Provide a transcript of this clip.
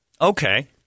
Okay